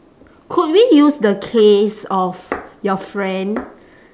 could we use the case of your friend